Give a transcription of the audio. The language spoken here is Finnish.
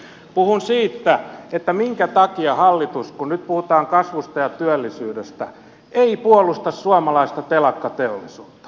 puhun siitä minkä takia hallitus kun nyt puhutaan kasvusta ja työllisyydestä ei puolusta suomalaista telakkateollisuutta